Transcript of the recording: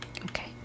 Okay